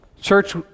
Church